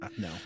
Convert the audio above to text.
No